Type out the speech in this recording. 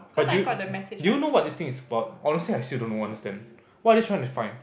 but do you do you know what this thing is about honestly I still don't understand what are they tryna find